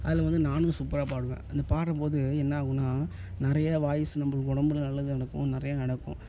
அதில் வந்து நானும் சூப்பராக பாடுவேன் அந்த பாடும்போது என்னா ஆகுதுன்னா நிறைய வாய்ஸ் நம்மளுக்கு உடம்புல நல்லது நடக்கும் நிறையா நடக்கும்